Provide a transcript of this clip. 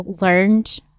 learned